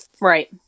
Right